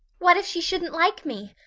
what if she shouldn't like me!